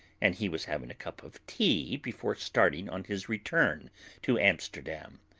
and he was having a cup of tea before starting on his return to amsterdam.